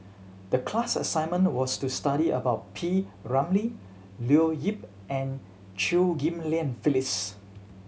the class assignment was to study about P Ramlee Leo Yip and Chew Ghim Lian Phyllis